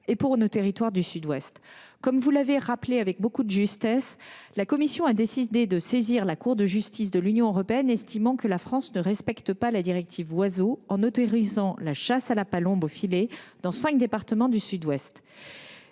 et pour nos territoires du Sud Ouest. Comme vous l’avez rappelé avec beaucoup de justesse, la Commission a décidé de saisir la Cour de justice de l’Union européenne, estimant que la France ne respecte pas la directive Oiseaux en autorisant la chasse à la palombe au filet dans cinq départements du Sud Ouest.